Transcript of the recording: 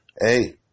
Hey